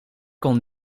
kon